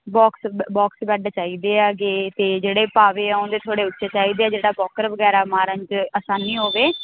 box box bed ਚਾਈਦੇ ਆ ਗੇ ਤੇ ਜਿਹੜੇ ਪਾਵੇ ਆ ਉਨ ਦੇ ਥੋੜੇ ਉੱਚੇ ਚਾਈਦੇ ਐ ਜਿਹੜਾ ਵੋਕਰ ਵਗੈਰਾ ਮਾਰਨ ਚ ਆਸਾਨੀ ਹੋਵੇ